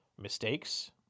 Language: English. mistakes